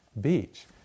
beach